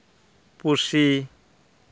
ᱯᱩᱥᱤ